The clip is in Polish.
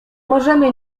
możemy